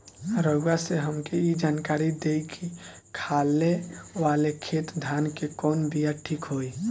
रउआ से हमके ई जानकारी देई की खाले वाले खेत धान के कवन बीया ठीक होई?